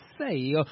say